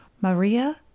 Maria